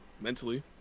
mentally